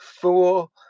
Fool